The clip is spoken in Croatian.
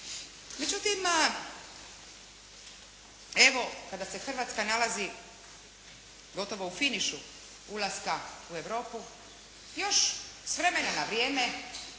Međutim, evo kada se Hrvatska nalazi gotovo u finišu ulaska u Europu još s vremena na vrijeme